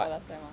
oh last time ah